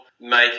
make